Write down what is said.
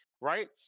right